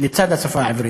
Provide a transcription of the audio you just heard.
לצד השפה העברית.